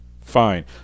Fine